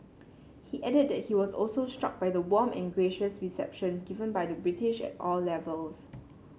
he added that he was also struck by the warm and gracious reception given by the British at all levels